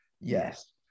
Yes